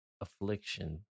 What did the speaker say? affliction